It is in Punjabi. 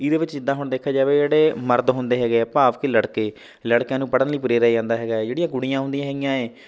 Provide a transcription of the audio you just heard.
ਇਹਦੇ ਵਿੱਚ ਜਿੱਦਾਂ ਹੁਣ ਦੇਖਿਆ ਜਾਵੇ ਜਿਹੜੇ ਮਰਦ ਹੁੰਦੇ ਹੈਗੇ ਹੈ ਭਾਵ ਕਿ ਲੜਕੇ ਲੜਕਿਆਂ ਨੂੰ ਪੜ੍ਹਨ ਲਈ ਪ੍ਰੇਰਿਆ ਜਾਂਦਾ ਹੈਗਾ ਜਿਹੜੀਆਂ ਕੁੜੀਆਂ ਹੁੰਦੀਆਂ ਹੈਗੀਆਂ ਏਂ